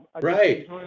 right